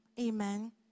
amen